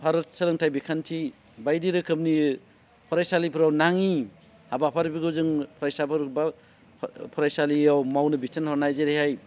भारत सोलोंथाय बिखान्थि बायदि रोखोमनि फरायसालिफ्राव नाङि हाबाफारिफोरखौ जों फरायसाफोर बा फरायसालियाव मावनो बिथोन हरनाय जेरैहाय